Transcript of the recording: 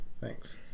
Thanks